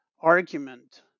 argument